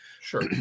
sure